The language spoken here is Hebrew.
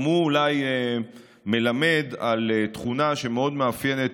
גם הוא אולי מלמד על תכונה שמאוד מאפיינת